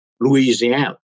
Louisiana